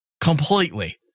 Completely